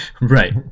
Right